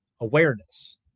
awareness